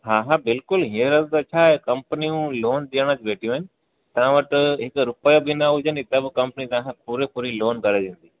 हा हा बिल्कुलु हींअर बि वेठा आहियूं कंपनियूं लोन ॾियणु वेठियूं आहिनि तव्हां वटि हिकु रुपयो बि न हुजनि त बि कंपनी तव्हां खां पूरी पूरी लोन कराए ॾींदी